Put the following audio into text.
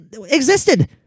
existed